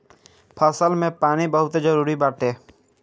फसल में पानी बहुते जरुरी बाटे